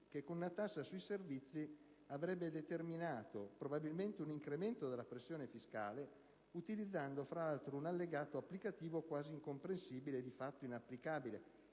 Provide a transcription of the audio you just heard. che con una tassa sui servizi avrebbe determinato probabilmente un incremento della pressione fiscale, utilizzando fra l'altro un allegato applicativo quasi incomprensibile e di fatto inapplicabile